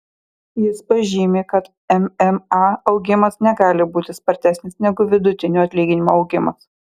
jis pažymi kad mma augimas negali būti spartesnis negu vidutinio atlyginimo augimas